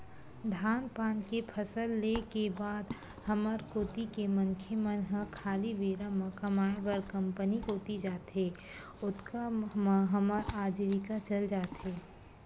धान पान के फसल ले के बाद हमर कोती के मनखे मन ह खाली बेरा म कमाय बर कंपनी कोती जाथे, ओतका म हमर अजीविका चल जाथे